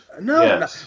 No